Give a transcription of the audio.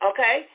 Okay